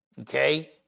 okay